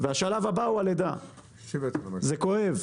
זה כואב,